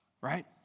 right